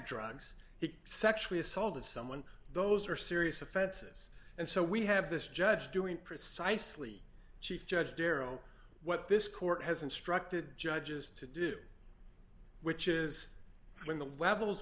drugs he sexually assaulted someone those are serious offenses and so we have this judge doing precisely chief judge darryl what this court has instructed judges to do which is when the levels